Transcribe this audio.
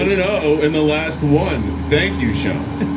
and no in the last one. thank you, sean.